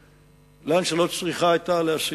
לאן שלא צריכה היתה להסיט.